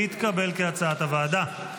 כהצעת הוועדה,